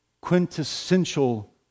quintessential